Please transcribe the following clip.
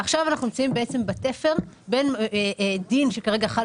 עכשיו אנחנו נמצאים בתפר בין דין שכרגע חל